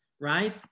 right